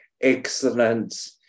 excellent